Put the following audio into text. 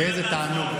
איזה תענוג.